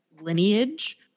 lineage